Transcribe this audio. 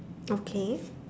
okay